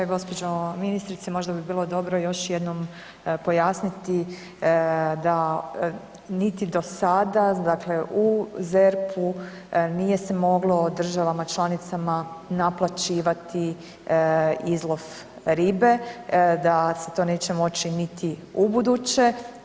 Gospođo ministrice, možda bi bilo dobro još jednom pojasniti da niti do sada, dakle u ZERP-u nije se moglo državama članicama naplaćivati izlov ribe, da se to neće moći niti u buduće.